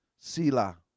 sila